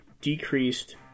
decreased